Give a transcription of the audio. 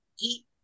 eat